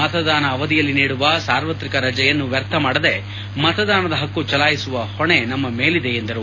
ಮತದಾನ ಅವಧಿಯಲ್ಲಿ ನೀಡುವ ಸಾರ್ವತ್ರಿಕ ರಜೆಯನ್ನು ವ್ಯರ್ಥ ಮಾಡದೆ ಮತದಾನದ ಹಕ್ಕು ಚಲಾಯಿಸುವ ಹೊಣೆ ನಮ್ಮ ಮೇಲಿದೆ ಎಂದರು